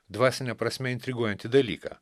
dvasine prasme intriguojantį dalyką